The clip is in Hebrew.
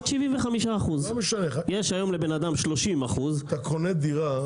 עד 75%. יש היום לבן אדם 30%. אתה קונה דירה,